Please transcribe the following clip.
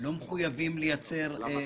לא מחויבים לייצר --- לא,